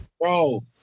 Bro